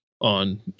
on